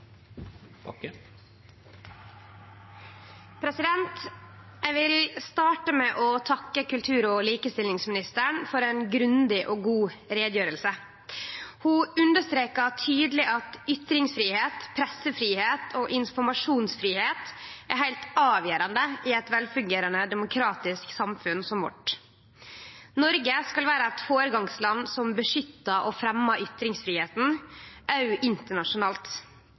demokratiet. Eg vil starte med å takke kultur- og likestillingsministeren for ei grundig og god utgreiing. Ho streka tydeleg under at ytringsfridom, pressefridom og informasjonsfridom er heilt avgjerande i eit velfungerande demokratisk samfunn som vårt. Noreg skal vere eit føregangsland som beskyttar og fremjar ytringsfridomen, òg internasjonalt.